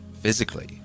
physically